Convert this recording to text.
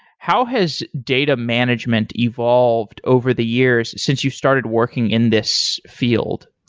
how has data management evolved over the years since you started working in this field?